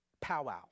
powwow